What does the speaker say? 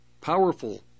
powerful